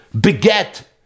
beget